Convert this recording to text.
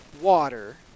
water